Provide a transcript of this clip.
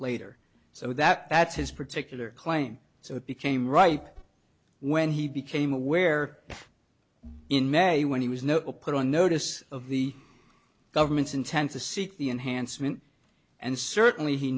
later so that that's his particular claim so it became right when he became aware in may when he was no put on notice of the government's intent to seek the enhancement and certainly he